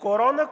Корона